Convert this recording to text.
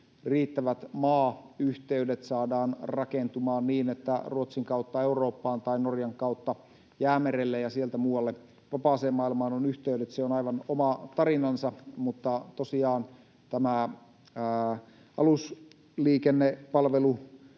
riittävät maayhteydet saadaan rakentumaan niin, että Ruotsin kautta Eurooppaan tai Norjan kautta Jäämerelle ja sieltä muualle vapaaseen maailmaan on yhteydet. Se on aivan oma tarinansa. Tosiaan tämä alusliikennepalvelulainsäädäntö